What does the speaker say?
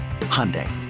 Hyundai